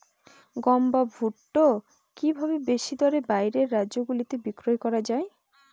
গম বা ভুট্ট কি ভাবে বেশি দরে বাইরের রাজ্যগুলিতে বিক্রয় করা য়ায়?